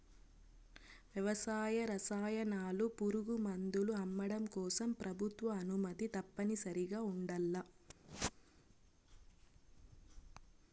వ్యవసాయ రసాయనాలు, పురుగుమందులు అమ్మడం కోసం ప్రభుత్వ అనుమతి తప్పనిసరిగా ఉండల్ల